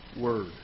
Word